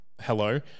Hello